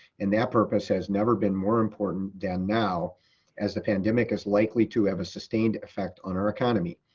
and that purpose has never been more important than now as the pandemic is likely to have a sustained effect on our economy.